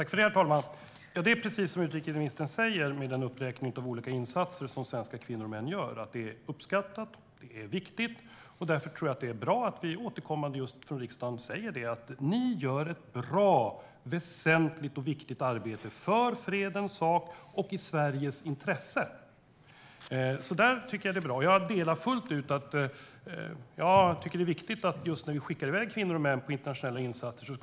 Herr talman! Det är precis som utrikesministern säger med den uppräkning av olika insatser som svenska kvinnor och män gör - det är uppskattat, och det är viktigt. Därför tror jag att det är bra att vi i riksdagen återkommande säger: Ni gör ett bra, väsentligt och viktigt arbete för fredens sak och i Sveriges intresse. Jag delar fullt ut åsikten att det är viktigt att det finns en bred uppslutning när vi skickar iväg kvinnor och män på internationella insatser.